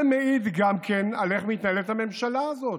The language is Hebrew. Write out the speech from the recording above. זה גם מעיד על איך מתנהלת הממשלה הזאת,